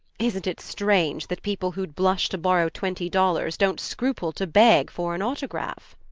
isn't it strange that people who'd blush to borrow twenty dollars don't scruple to beg for an autograph?